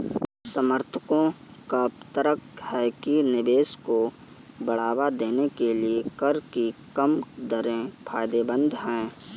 समर्थकों का तर्क है कि निवेश को बढ़ावा देने के लिए कर की कम दरें फायदेमंद हैं